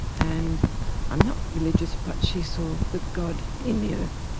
and i'm not religious but she saw the god in the earth,